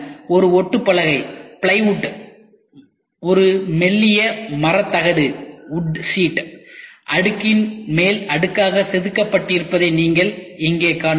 ஒரு ஒட்டு பலகை ஒரு மெல்லிய மர தகடு அடுக்கின் மேல் அடுக்காக செதுக்கப்பட்டிருப்பதை நீங்கள் இங்கே காணலாம்